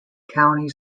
county